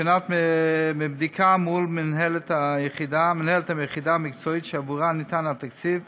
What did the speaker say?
מבדיקה מול מנהלת היחידה המקצועית שעבורה ניתן התקציב